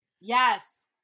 Yes